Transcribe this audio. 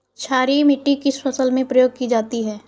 क्षारीय मिट्टी किस फसल में प्रयोग की जाती है?